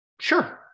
Sure